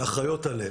אחראיות עליהם.